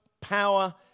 power